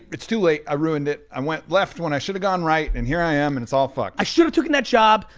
it's too late. i ruined it. i went left when i should've gone right, and here i am, and it's all fucked. i should've took that job.